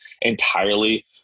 entirely